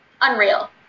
Unreal